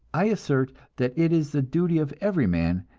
i assert that it is the duty of every man,